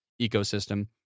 ecosystem